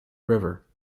river